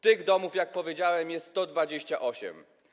Tych domów, jak powiedziałem, jest 128.